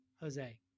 Jose